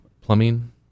plumbing